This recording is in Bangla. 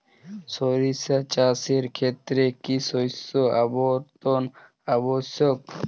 সরিষা চাষের ক্ষেত্রে কি শস্য আবর্তন আবশ্যক?